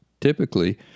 typically